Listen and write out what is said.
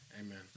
Amen